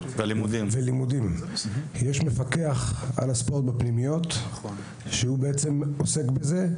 זה לימודים יש מפקח על הספורט בפנימיות שהוא בעצם עוסק בזה,